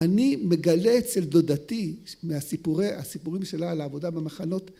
אני מגלה אצל דודתי מהסיפורים שלה על העבודה במחנות